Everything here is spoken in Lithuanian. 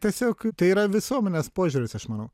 tiesiog tai yra visuomenės požiūris aš manau